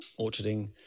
orcharding